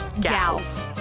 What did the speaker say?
Gals